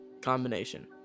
combination